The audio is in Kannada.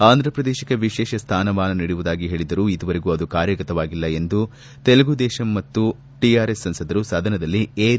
ಆಂಧ್ರಪ್ರದೇಶಕ್ಕೆ ವಿಶೇಷ ಸ್ಥಾನ ಮಾನ ನೀಡುವುದಾಗಿ ಹೇಳಿದ್ದರೂ ಇದುವರೆಗೂ ಅದು ಕಾರ್ಯಗತವಾಗಿಲ್ಲ ಎಂದು ತೆಲುಗುದೇಶಂ ಮತ್ತು ಟಿಆರ್ ಎಸ್ ಸಂಸದರು ಸದನದಲ್ಲಿ ಏರಿದ ದನಿಯಲ್ಲಿ ಪ್ರಸಾಪಿಸಿದರು